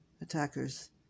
Attackers